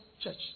church